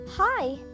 Hi